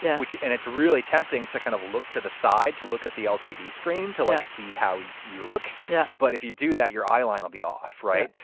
yeah which. and it's really tempting to kind of look to the side, to look at the lcd screen, to like see how you you look. yeah. but if you do that, your eyeline will be off. right.